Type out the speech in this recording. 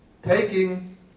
Taking